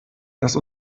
das